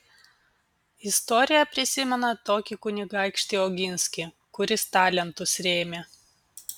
istorija prisimena tokį kunigaikštį oginskį kuris talentus rėmė